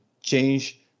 change